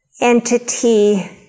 entity